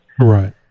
Right